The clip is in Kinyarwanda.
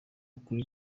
kuri